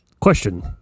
question